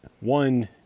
One